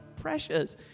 precious